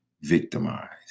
victimized